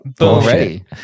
Already